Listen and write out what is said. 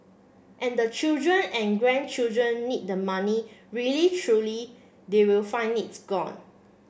and the children and grandchildren need the money really truly they will find it's gone